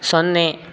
ಸೊನ್ನೆ